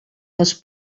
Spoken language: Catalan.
les